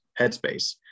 headspace